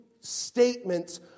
statements